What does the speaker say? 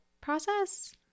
process